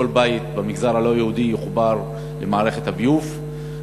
בית במגזר הלא-יהודי יחובר למערכת הביוב.